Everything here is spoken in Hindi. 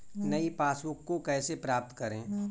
नई पासबुक को कैसे प्राप्त करें?